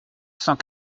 cent